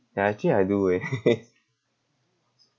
ya I think I do eh